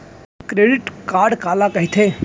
Credit card काला कहिथे?